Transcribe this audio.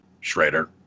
Schrader